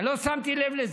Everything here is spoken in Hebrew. אני לא שמתי לב לזה.